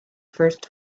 first